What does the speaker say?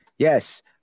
Yes